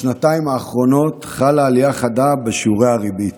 בשנתיים האחרונות חלה עלייה חדה בשיעורי הריבית.